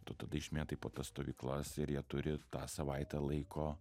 tu tada išmėtai po tas stovyklas ir jie turi tą savaitę laiko